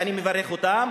ואני מברך אותם,